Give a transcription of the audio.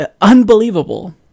Unbelievable